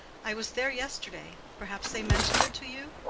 i was there yesterday perhaps they mentioned it to you?